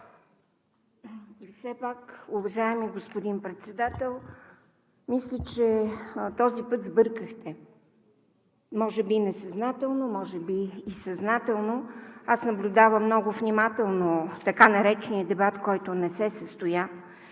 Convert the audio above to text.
И все пак, уважаеми господин Председател, мисля, че този път сбъркахте –може би несъзнателно, може би и съзнателно. Аз наблюдавам много внимателно така наречения дебат, който не се състоя,